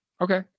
Okay